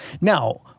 Now